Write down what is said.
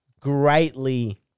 greatly